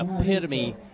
epitome